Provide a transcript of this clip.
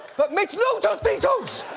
but mitch no tostitos!